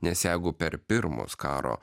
nes jeigu per pirmus karo